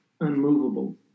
unmovable